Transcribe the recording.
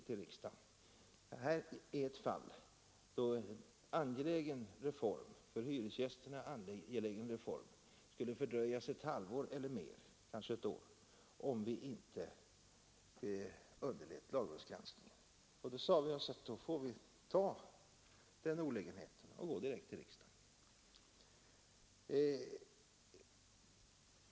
Här är ett fall då en för hyresgästerna angelägen reform skulle fördröjas ett halvår eller mer, kanske ett år, om vi inte underlät lagrådsgranskningen. Vi sade oss att då får vi ta den olägenheten och gå direkt till riksdagen.